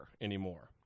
anymore